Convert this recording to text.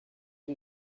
and